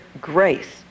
grace